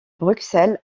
bruxelles